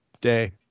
day